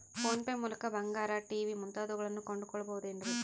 Phone pay ಮೂಲಕ ಬಂಗಾರ, TV ಮುಂತಾದವುಗಳನ್ನ ಕೊಂಡು ಕೊಳ್ಳಬಹುದೇನ್ರಿ?